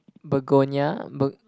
begonia berg~